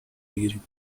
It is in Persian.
بگیریم